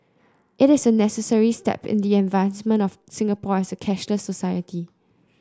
it is a necessary step in the advancement of Singapore as a cashless society